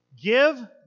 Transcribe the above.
Give